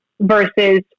versus